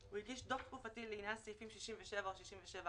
הוא הגיש דוח תקופתי לפי סעיפים 67 או 67א,